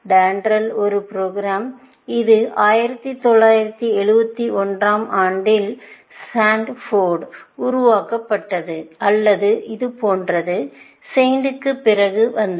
DENDRAL ஒரு program இது 1971 ஆம் ஆண்டில் ஸ்டான்போர்டால் உருவாக்கப்பட்டது அல்லது அது போன்றது SAINT க்குப் பிறகு வந்தது